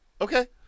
Okay